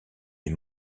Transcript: est